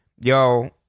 yo